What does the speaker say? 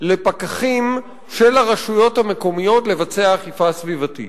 לפקחים של הרשויות המקומיות לבצע אכיפה סביבתית.